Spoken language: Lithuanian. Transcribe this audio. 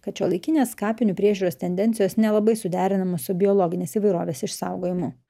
kad šiuolaikinės kapinių priežiūros tendencijos nelabai suderinamos su biologinės įvairovės išsaugojimu